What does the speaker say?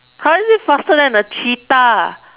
how is it faster than a cheetah